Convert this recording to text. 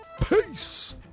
Peace